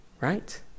right